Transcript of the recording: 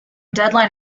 deadline